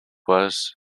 was